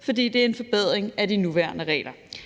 fordi det er en forbedring af de nuværende regler.